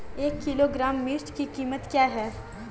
एक किलोग्राम मिर्च की कीमत क्या है?